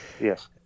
Yes